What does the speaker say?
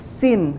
sin